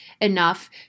enough